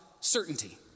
certainty